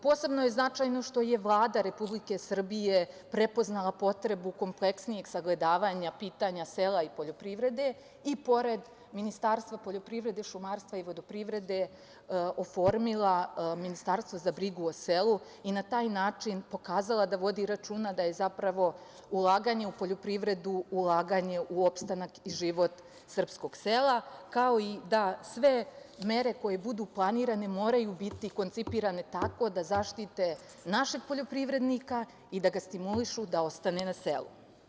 Posebno je značajno što je Vlada Republike Srbije prepoznala potrebu kompleksnijeg sagledavanja pitanja sela i poljoprivrede i pored Ministarstva poljoprivrede, šumarstva i vodoprivrede oformila Ministarstvo za brigu o selu i na taj način pokazala da vodi računa da je zapravo ulaganje u poljoprivredu ulaganje u opstanak i život srpskog sela, kao i da sve mere koje budu planirane moraju biti koncipirane tako da zaštite našeg poljoprivrednika i da ga stimulišu da ostane na selu.